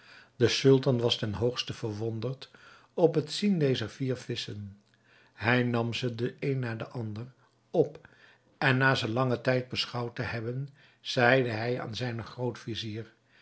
de sultan was ten hoogste verwonderd op het zien dezer vier visschen hij nam ze den een na den ander op en na ze langen tijd beschouwd te hebben zeide hij aan zijnen